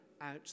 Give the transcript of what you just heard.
out